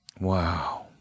Wow